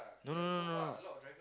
no no no no no